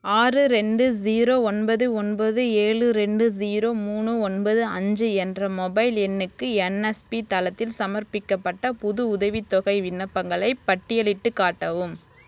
ஆறு ரெண்டு ஸீரோ ஒன்பது ஒன்பது ஏழு ரெண்டு ஸீரோ மூணு ஒன்பது அஞ்சு என்ற மொபைல் எண்ணுக்கு என்எஸ்பி தளத்தில் சமர்ப்பிக்கப்பட்ட புது உதவித்தொகை விண்ணப்பங்களை பட்டியலிட்டு காட்டவும்